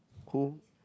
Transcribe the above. who